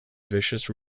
viscous